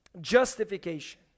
justification